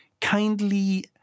kindly